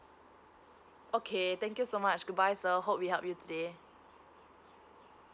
okay thank you so much goodbye sir hope we help you today